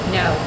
no